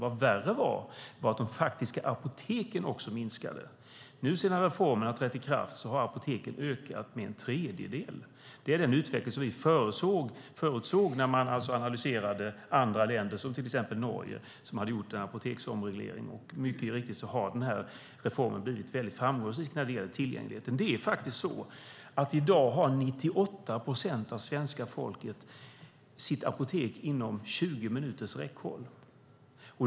Och vad värre var, de faktiska apoteken minskade. Sedan reformen trätt i kraft har antalet apotek ökat med en tredjedel. Det är den utveckling som förutsågs när andra länder, exempelvis Norge som hade gjort en apoteksomreglering, analyserades. Mycket riktigt har reformen blivit framgångsrik när det gäller tillgängligheten. I dag har 98 procent av svenska folket sitt apotek inom tjugo minuters räckhåll.